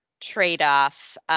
trade-off